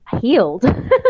healed